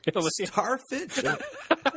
Starfish